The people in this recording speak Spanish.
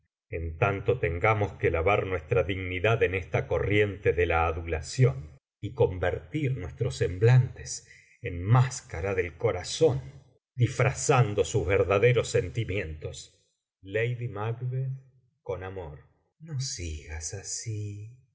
en tanto tengamos que lavar nuestra dignidad en esta corriente de la adulación y convertir nuestros semblantes en máscara del corazón disfrazando sus verdaderos sentimientos lady mac con amor no sigas así